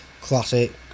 Classic